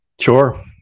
Sure